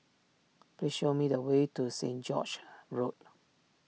please show me the way to Saint George's Road